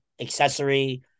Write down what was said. accessory